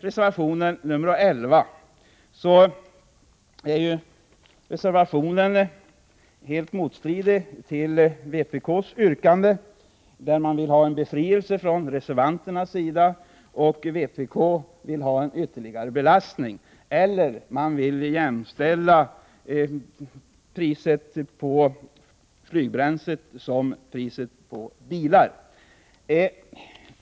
Reservation nr 11 strider mot vpk:s yrkande. Reservanterna vill ha en befrielse och vpk vill ha ytterligare belastning eller jämställa priset på flygbränsle med priset på bilbränsle.